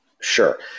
Sure